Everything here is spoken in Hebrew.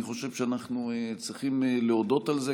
אני חושב שאנחנו צריכים להודות על זה,